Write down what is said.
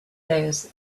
those